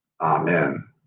Amen